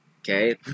Okay